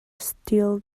steel